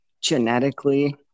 genetically